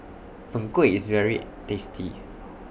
Png Kueh IS very tasty